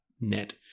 net